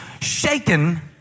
shaken